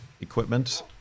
equipment